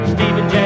Stephen